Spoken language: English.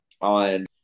on